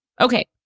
Okay